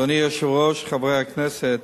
אדוני היושב-ראש, חברי הכנסת,